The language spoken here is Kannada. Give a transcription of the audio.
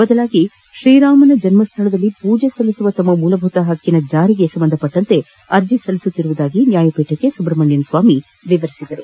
ಬದಲಿಗೆ ಶ್ರೀರಾಮನ ಜನ್ನ ಸ್ವಳದಲ್ಲಿ ಪೂಜೆ ಸಲ್ಲಿಸುವ ತಮ್ಮ ಮೂಲಭೂತ ಹಕ್ಕಿನ ಜಾರಿಗೆ ಸಂಬಂಧಿಸಿದಂತೆ ಅರ್ಜಿ ಸಲ್ಲಿಸುತ್ತಿರುವುದಾಗಿ ನ್ವಾಯಪೀಠಕ್ಕೆ ಸುಬ್ರಮಣಿಯನ್ ಸ್ವಾಮಿ ತಿಳಿಸಿದರು